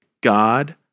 God